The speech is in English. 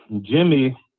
Jimmy